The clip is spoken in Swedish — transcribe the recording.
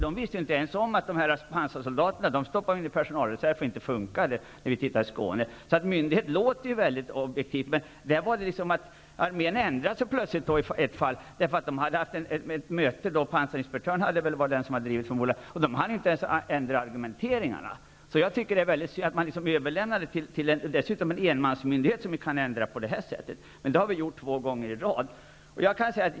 De visste inte ens om att pansarsoldaterna stoppades in i en personalreserv därför att de inte fungerade. Det fann vi när vi besökte Skåne. Det låter mycket objektivt med en myndighet, men i ett fall ändrade sig armén därför att man hade haft ett möte -- jag förmodar att pansarinspektören hade varit den drivande -- utan att ens hinna ändra sin argumentering. Det är synd att man överlämnar detta till en myndighet, dessutom till en enmansmyndighet, som kan ändra på detta sätt. Detta har vi gjort två gånger i följd.